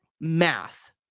Math